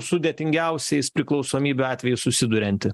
sudėtingiausiais priklausomybių atvejais susidurianti